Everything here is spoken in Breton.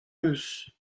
eus